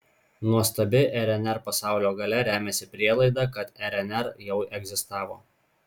nuostabi rnr pasaulio galia remiasi prielaida kad rnr jau egzistavo